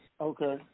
Okay